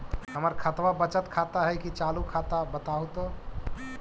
हमर खतबा बचत खाता हइ कि चालु खाता, बताहु तो?